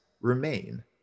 remain